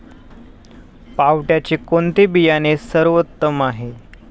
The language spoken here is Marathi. पावट्याचे कोणते बियाणे सर्वोत्तम आहे?